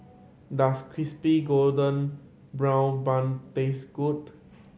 does Crispy Golden Brown Bun taste good